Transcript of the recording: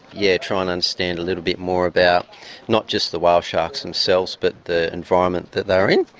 yeah try and understand little bit more about not just the whale sharks themselves but the environment that they are in,